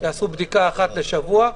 לעשות בדיקה אחת לשבוע.